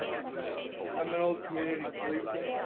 um an old community policeman,